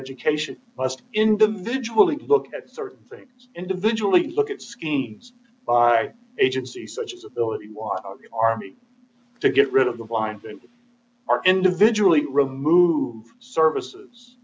education must individually look at certain things individually to look at schemes by agencies such as ability was the army to get rid of the blinds are individually removed services